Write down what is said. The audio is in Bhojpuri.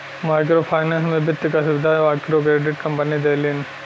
माइक्रो फाइनेंस में वित्त क सुविधा मइक्रोक्रेडिट कम्पनी देलिन